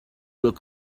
look